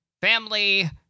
family